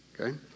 okay